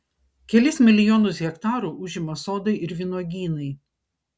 kelis milijonus hektarų užima sodai ir vynuogynai